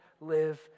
live